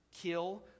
kill